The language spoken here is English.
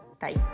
Bye